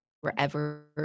wherever